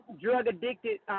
drug-addicted